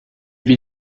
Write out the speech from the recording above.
vit